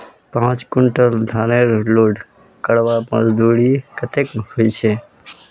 पाँच कुंटल धानेर लोड करवार मजदूरी कतेक होचए?